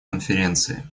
конференции